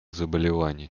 заболеваний